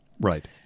Right